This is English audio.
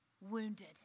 wounded